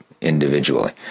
individually